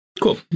cool